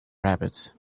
rabbits